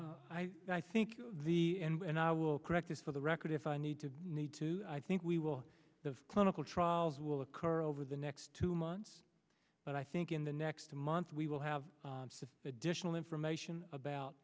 i i think the and i will correct this for the record if i need to need to i think we will the clinical trials will occur over the next two months but i think in the next two months we will have